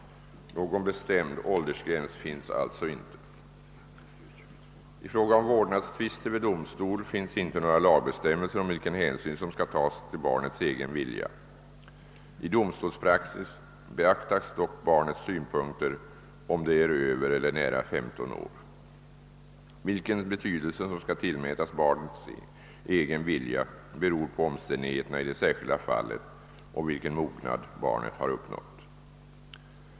Någon bestämd åldersgräns finns alltså inte. I fråga om vårdnadstvister vid domstol finns inte några lagbestämmelser om vilken hänsyn som skall tas till barnets egen vilja. I domstolspraxis beaktas dock barnets synpunkter om det är över eller nära 15 år. Vilken betydelse som skall tillmätas barnets egen vilja beror på omständigheterna i det särskilda fallet och vilken mognad barnet har uppnått.